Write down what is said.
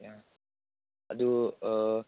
ꯑꯥ ꯑꯗꯨ